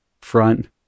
front